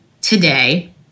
today